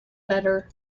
better